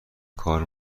کار